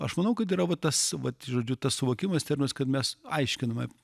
aš manau kad yra va tas vat žodžiu tas suvokimas terminas kad mes aiškiname